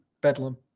Bedlam